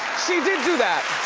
she did do that.